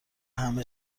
همه